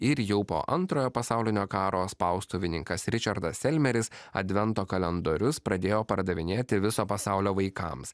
ir jau po antrojo pasaulinio karo spaustuvininkas ričardas elmeris advento kalendorius pradėjo pardavinėti viso pasaulio vaikams